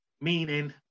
meaning